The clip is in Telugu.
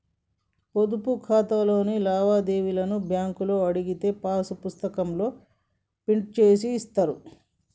పొదుపు ఖాతాలోని లావాదేవీలను బ్యేంకులో అడిగితే పాసు పుస్తకాల్లో ప్రింట్ జేసి ఇత్తారు